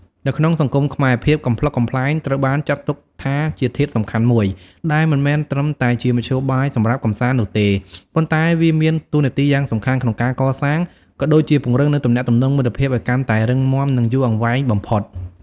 នៅក្នុងវប្បធម៌ខ្មែរ ភាពកំប្លុកកំប្លែងត្រូវបានចាត់ទុកថាជាធាតុសំខាន់មួយដែលមិនមែនត្រឹមតែជាមធ្យោបាយសម្រាប់កម្សាន្តនោះទេ ប៉ុន្តែវាមានតួនាទីយ៉ាងសំខាន់ក្នុងការកសាង ក៏ដូចជាពង្រឹងនូវទំនាក់ទំនងមិត្តភាពឲ្យកាន់តែរឹងមាំនិងយូរអង្វែងបំផុត។